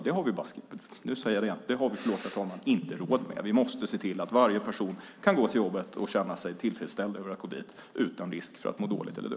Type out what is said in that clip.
Det har vi baske mig - nu sade jag det igen, förlåt, herr talman - inte råd med. Vi måste se till att varje person kan gå till jobbet och känna sig tillfredsställd med att gå dit utan risk för att må dåligt eller dö.